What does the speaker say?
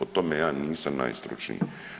O tome ja nisam najstručniji.